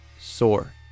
sore